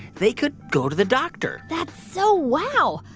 they could go to the doctor that's so wow.